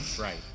Right